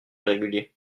régulier